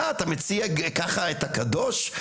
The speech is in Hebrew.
מה אתה מצייר ככה את הקדוש,